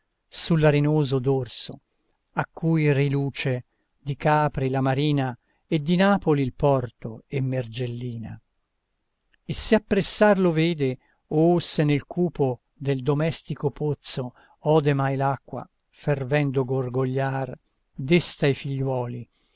su l'arenoso dorso a cui riluce di capri la marina e di napoli il porto e mergellina e se appressar lo vede o se nel cupo del domestico pozzo ode mai l'acqua fervendo gorgogliar desta i figliuoli